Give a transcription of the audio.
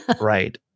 Right